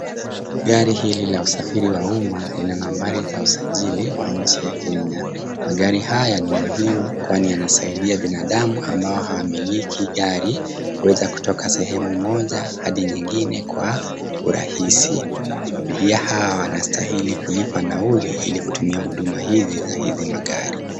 Gari hili la usafiri wa umma lina nambari za usajili wa nchi ya Kenya. Magari hayo ni muhimu kwani yanasaidia binadamu ambao hawaamiliki gari kutoka sehemu moja hadi nyingine kwa urahisi. Abiria hawa wanastahili kulipa nauli ili kutumia huduma hizi za magari.